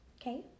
Okay